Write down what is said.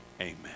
Amen